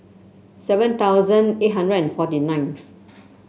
seven thousand eight hundred and forty ninth